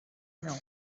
know